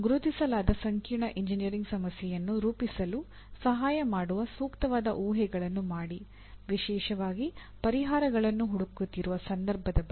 ಗುರುತಿಸಲಾದ ಸಂಕೀರ್ಣ ಎಂಜಿನಿಯರಿಂಗ್ ಸಮಸ್ಯೆಯನ್ನು ರೂಪಿಸಲು ಸಹಾಯ ಮಾಡುವ ಸೂಕ್ತವಾದ ಊಹೆಗಳನ್ನು ಮಾಡಿ ವಿಶೇಷವಾಗಿ ಪರಿಹಾರಗಳನ್ನು ಹುಡುಕುತ್ತಿರುವ ಸಂದರ್ಭದ ಬಗ್ಗೆ